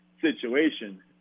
situation